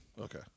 Okay